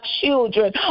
children